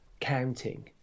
counting